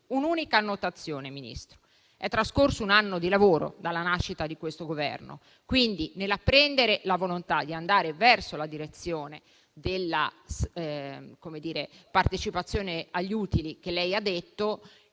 Un'unica notazione, signor Ministro: è trascorso un anno di lavoro dalla nascita di questo Governo. Quindi, nell'apprendere la volontà di andare verso la direzione della partecipazione agli utili di cui ella ha detto,